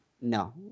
no